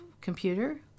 computer